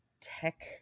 tech-